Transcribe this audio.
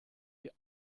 die